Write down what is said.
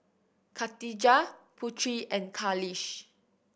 Katijah Putri and Khalish